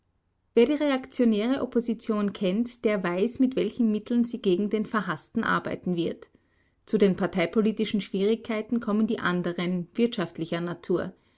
wer die reaktionäre opposition kennt der weiß mit welchen mitteln sie gegen den verhaßten arbeiten wird zu den parteipolitischen schwierigkeiten kommen die anderen wirtschaftlicher natur